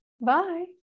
Bye